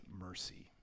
mercy